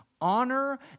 honor